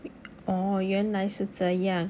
oo 原来是这样